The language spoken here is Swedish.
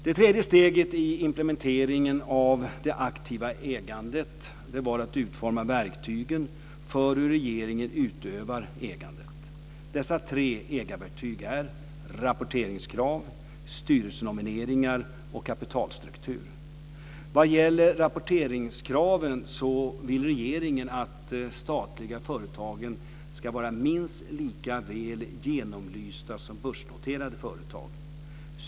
Det tredje steget i implementeringen av det aktiva ägandet var att utforma verktygen för hur regeringen utövar ägandet. Dessa tre ägarverktyg är: rapporteringskrav, styrelsenomineringar och kapitalstruktur. Vad gäller rapporteringskraven så vill regeringen att de statliga företagen ska vara minst lika väl genomlysta som börsnoterade företag.